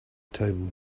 table